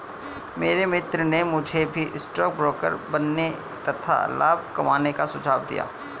मेरे मित्र ने मुझे भी स्टॉक ब्रोकर बनने तथा लाभ कमाने का सुझाव दिया